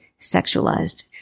sexualized